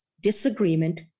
disagreement